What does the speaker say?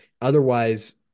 Otherwise